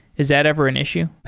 is that ever an issue?